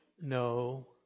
no